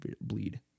bleed